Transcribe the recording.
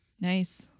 Nice